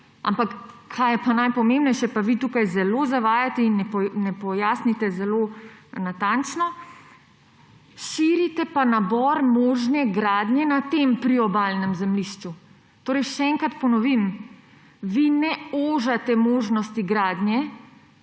ampak kar je pa najpomembnejše, vi tukaj zelo zavajate in ne pojasnite zelo natančno, širite pa nabor možne gradnje na tem priobalnem zemljišču. Torej še enkrat ponovim: vi ne ožite možnosti gradnje,